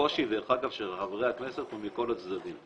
הקושי של חברי הכנסת הוא מכל הצדדים.